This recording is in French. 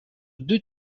deux